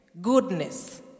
goodness